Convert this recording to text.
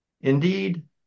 Indeed